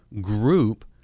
group